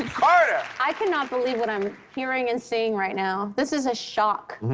and carter! i cannot believe what i'm hearing and seeing right now. this is a shock.